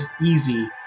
easy